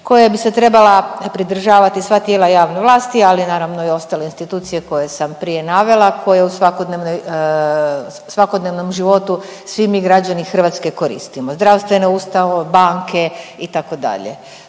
koje bi se trebala pridržavati sva tijela javne vlasti, ali naravno i ostale institucije koje sam prije navela, a koje u svakodnevnom životu svi mi građani Hrvatske koristimo, zdravstvene ustanove, banke itd.,